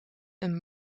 een